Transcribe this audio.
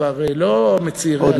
כבר לא מצעירי הדור,